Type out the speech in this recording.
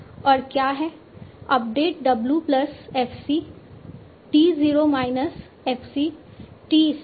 और क्या है संदर्भ समय 3345 update w plus f c t 0 minus f c t star